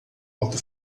alto